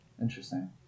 Interesting